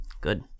good